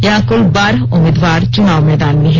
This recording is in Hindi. यहां कृल बारह उम्मीदवार चुनाव मैदान में हैं